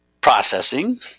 processing